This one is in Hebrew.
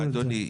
אדוני,